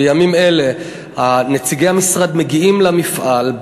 בימים אלה נציגי המשרד מגיעים למפעל,